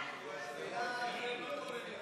16 בעד,